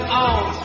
on